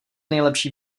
nejlepší